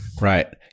right